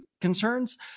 concerns